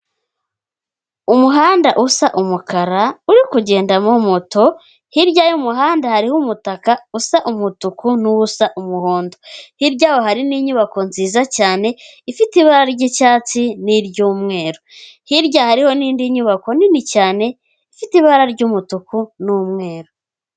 Umuhanda usa umukara uri kugendamo moto, hirya y'umuhanda hariho umutaka usa umutuku n'uwusa umuhondo, hirya yaho hari n'inyubako nziza cyane ifite ibara ry'icyatsi niry'umweru, hirya hariho n'indi nyubako nini cyane ifite ibara ry'umutuku n'umweru.